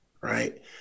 right